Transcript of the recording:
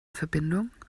verbindung